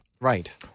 Right